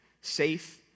safe